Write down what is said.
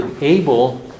able